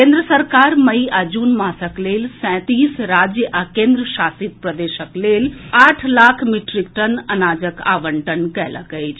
केंद्र सरकार मई आ जून मासक लेल सैंतीस राज्य आ केंद्रशासित प्रदेशक लेल आठ लाख मीट्रिक टन अनाजक आवंटन कयलक अछि